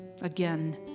Again